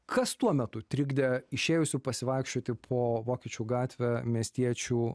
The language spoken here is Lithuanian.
kas tuo metu trikdė išėjusių pasivaikščioti po vokiečių gatvę miestiečių